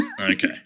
Okay